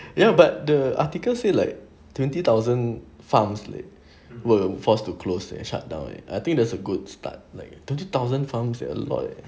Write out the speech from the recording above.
you know but the article say like twenty thousand farms were forced to close and shut down I think that's a good start like twenty thousand farms like a lot leh